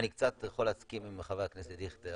אני קצת יכול להסכים עם חבר הכנסת דיכטר.